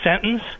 sentence